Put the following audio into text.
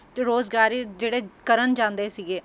ਰੁਜ਼ਗਾਰ ਜਿਹੜੇ ਕਰਨ ਜਾਂਦੇ ਸੀਗੇ